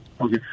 Okay